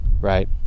right